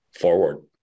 forward